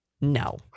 No